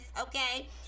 okay